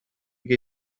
gei